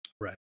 Right